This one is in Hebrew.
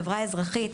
החברה האזרחית,